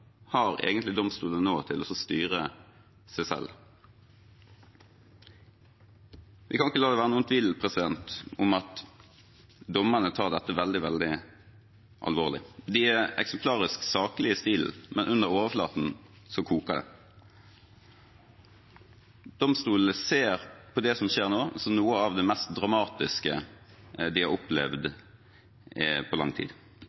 har egentlig domstolene nå til å styre seg selv? Vi kan ikke la det være noen tvil om at dommerne tar dette veldig, veldig alvorlig. De er eksemplarisk saklige i stilen, men under overflaten koker det. Domstolene ser på det som skjer nå, som noe av det mest dramatiske de har opplevd på lang tid.